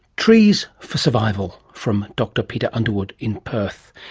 trees for survival from dr peter underwood in perth.